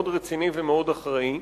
רציני ואחראי.